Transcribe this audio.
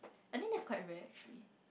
I think that's quite rare actually